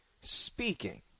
speaking